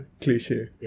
cliche